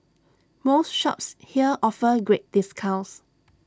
most shops here offer great discounts